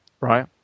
right